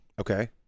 Okay